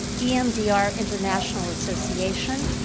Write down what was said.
emdr international association,